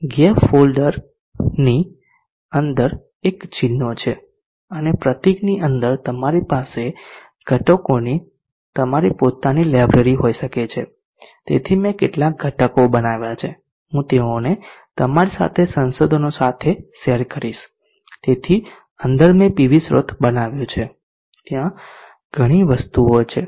gap ફોલ્ડરની અંદર એક ચિહ્નો છે અને પ્રતીકની અંદર તમારી પાસે ઘટકોની તમારી પોતાની લાઇબ્રેરી હોઈ શકે છે તેથી મેં કેટલાક ઘટકો બનાવ્યાં છે હું તેઓને તમારી સાથે સંસાધનો સાથે શેર કરીશ તેથી અંદર મેં પીવી સ્રોત બનાવ્યો છે ત્યાં બીજી ઘણી વસ્તુઓ છે